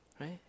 right